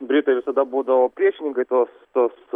britai visada būdavo priešininkai tos tos